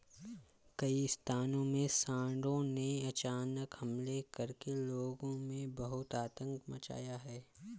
कई स्थानों में सांडों ने अचानक हमले करके लोगों में बहुत आतंक मचाया है